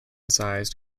size